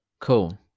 Cool